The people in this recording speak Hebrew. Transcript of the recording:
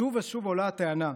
שוב ושוב עולה הטענה: